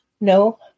No